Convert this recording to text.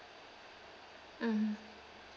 mm